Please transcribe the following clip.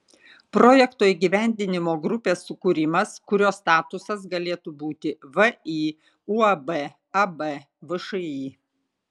projekto įgyvendinimo grupės sukūrimas kurio statusas galėtų būti vį uab ab všį